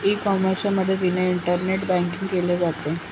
E कॉमर्सच्या मदतीने internet banking केले जाते